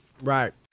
right